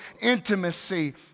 intimacy